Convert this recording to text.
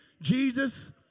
Jesus